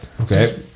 Okay